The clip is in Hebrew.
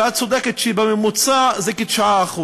ואת צודקת שבממוצע זה כ-9%,